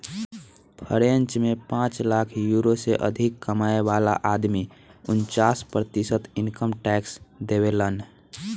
French में पांच lakh euro से अधिक कमाए वाला आदमी उनन्चास प्रतिशत इनकम टैक्स देबेलन